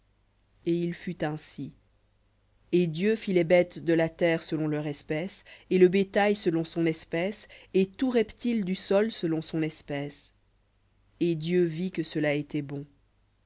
et il fut ainsi et dieu fit les bêtes de la terre selon leur espèce et le bétail selon son espèce et tout reptile du sol selon son espèce et dieu vit que cela était bon